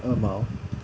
二毛